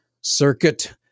circuit